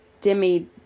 Demi